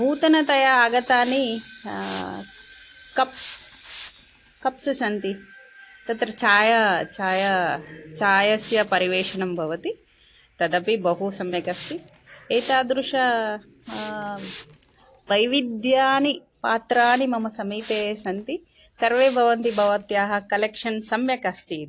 नूतनतया आगतानि cups cups सन्ति तत्र चायं चायं चायस्य परिवेषणं भवति तदपि बहु सम्यकस्ति एतादृशं वैविध्यानि पात्राणि मम समीपे सन्ति सर्वे भवन्ति भवत्याः कलेक्षन् सम्यक् अस्ति इति